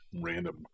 random